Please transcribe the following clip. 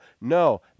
No